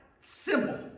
simple